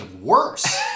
worse